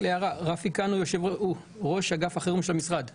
רפי גולני הוא ראש אגף החירום של משרד הבריאות.